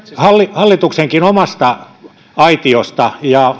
hallituksenkin omasta aitiosta ja